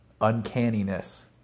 uncanniness